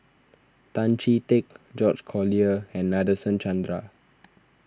Tan Chee Teck George Collyer and Nadasen Chandra